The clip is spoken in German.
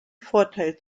vorteil